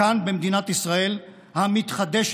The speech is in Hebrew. כאן, במדינת ישראל המתחדשת.